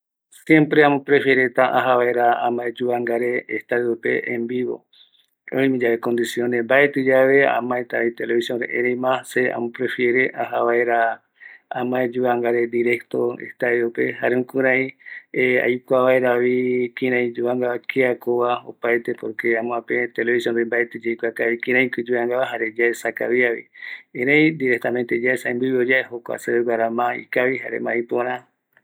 Ikavima ñamomora vaera ñamae oyuvanga vare, ma ikavi yaja ñamae oyuvanga vare jaeko yaesaeteiva koñogui yaesavano jokua se ma amomora se ma amomora koño ñamae jeva que ñamae ñai mbaetɨ yave ñamae paraete matɨguiño telepe rupi ñamae ñai jeva ma ikavi koño ñamae ñai jeva